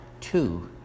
two